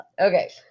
Okay